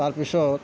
তাৰ পিছত